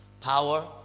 power